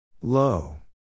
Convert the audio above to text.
Low